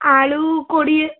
ଆଳୁ କୋଡ଼ିଏ